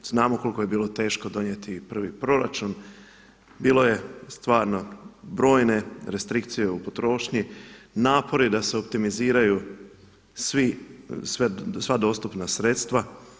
Znamo koliko je bilo teško donijeti i prvi proračun, bilo je stvarno brojne restrikcije u potrošnji, napori da se optimiziraju sva dostupna sredstva.